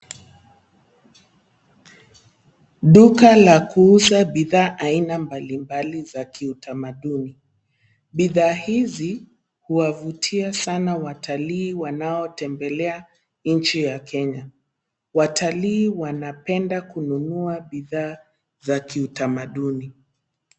Duka la kuuza bidhaa aina mbalimbali za kiutamaduni. Bidhaa hizi huwavutia sana watalii wanaotembelea nchi ya Kenya. Watalii wanapenda kununua bidhaa za kiutamaduni.